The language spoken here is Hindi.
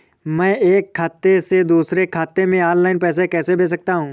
मैं एक खाते से दूसरे खाते में ऑनलाइन पैसे कैसे भेज सकता हूँ?